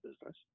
business